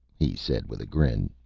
he said with a grin,